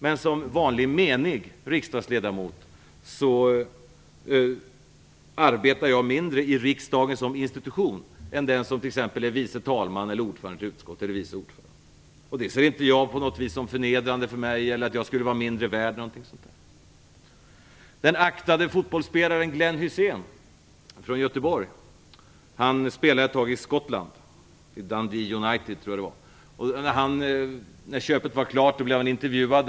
Men som vanlig menig riksdagsledamot arbetar jag mindre i riksdagen som institution än den som t.ex. är vice talman, ordförande eller vice ordförande i ett utskott. Det ser jag inte på något vis som förnedrande för mig, att jag skulle vara mindre värd eller så. Göteborg spelade under en tid i Skottland i Dundee United, tror jag det var. Han fick 4 miljoner eller något liknande.